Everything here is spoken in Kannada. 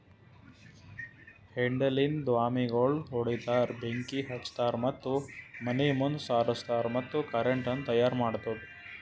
ಹೆಂಡಿಲಿಂತ್ ದ್ವಾಮಿಗೋಳ್ ಹೊಡಿತಾರ್, ಬೆಂಕಿ ಹಚ್ತಾರ್ ಮತ್ತ ಮನಿ ಮುಂದ್ ಸಾರುಸ್ತಾರ್ ಮತ್ತ ಕರೆಂಟನು ತೈಯಾರ್ ಮಾಡ್ತುದ್